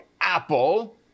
Apple